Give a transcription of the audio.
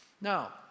Now